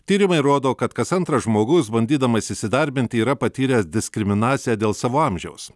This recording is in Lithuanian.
tyrimai rodo kad kas antras žmogus bandydamas įsidarbinti yra patyręs diskriminaciją dėl savo amžiaus